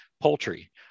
poultry